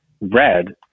red